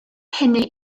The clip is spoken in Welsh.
hynny